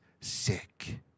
sick